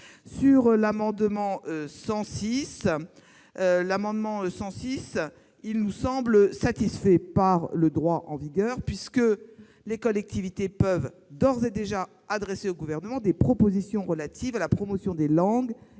à l'amendement n° 106 rectifié, qui nous semble satisfait par le droit en vigueur. Les collectivités peuvent d'ores et déjà adresser au Gouvernement des propositions relatives à la promotion des langues